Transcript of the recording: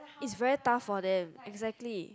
is very tough for them exactly